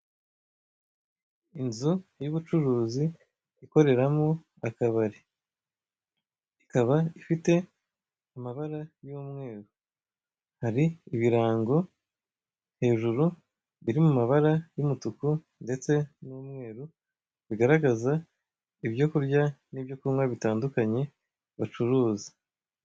Inzu y'ubucuruzi ikoreramo akabari. Ikaba ifite amabara y'umweru. Hari ibirango hejuru, biri mu mabara y'umutuku ndetse n'umweru, bigaragaza ibyo kurya n'ibyo kunywa bitandukanye bacuruza.